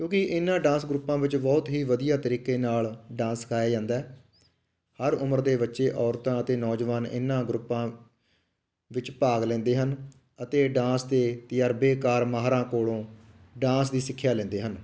ਕਿਉਂਕਿ ਇਹਨਾਂ ਡਾਂਸ ਗਰੁੱਪਾਂ ਵਿੱਚ ਬਹੁਤ ਹੀ ਵਧੀਆ ਤਰੀਕੇ ਨਾਲ ਡਾਂਸ ਸਿਖਾਇਆ ਜਾਂਦਾ ਹਰ ਉਮਰ ਦੇ ਬੱਚੇ ਔਰਤਾਂ ਅਤੇ ਨੌਜਵਾਨ ਇਹਨਾਂ ਗਰੁੱਪਾਂ ਵਿੱਚ ਭਾਗ ਲੈਂਦੇ ਹਨ ਅਤੇ ਡਾਂਸ ਦੇ ਤਜਰਬੇਕਾਰ ਮਾਹਰਾਂ ਕੋਲੋਂ ਡਾਂਸ ਦੀ ਸਿੱਖਿਆ ਲੈਂਦੇ ਹਨ